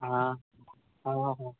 हँ हँ